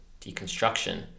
deconstruction